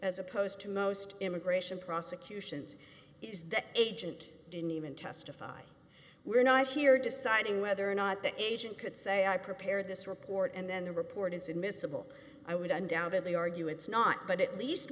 as opposed to most immigration prosecutions is that agent didn't even testify we're not here deciding whether or not the agent could say i prepared this report and then the report is admissible i would undoubtedly argue it's not but at least